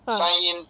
ah